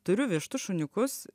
turiu vištų šuniukus